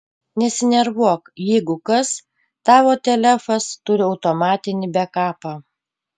nesinervuok jeigu kas tavo telefas turi automatinį bekapą